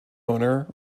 owner